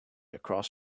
across